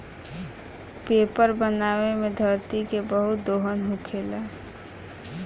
paper बनावे मे धरती के बहुत दोहन होखेला